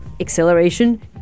acceleration